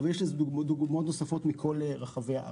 אבל יש דוגמאות נוספות מכל רחבי הארץ.